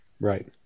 Right